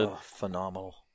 Phenomenal